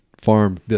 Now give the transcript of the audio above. farm